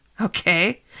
Okay